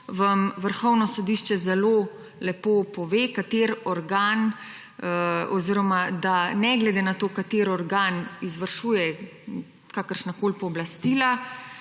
vam Vrhovno sodišče zelo lepo pove kateri organ oziroma da ne glede na to kateri organ izvršuje kakršnakoli pooblastila